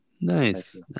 Nice